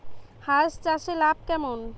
হাঁস চাষে লাভ কেমন?